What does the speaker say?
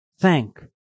thank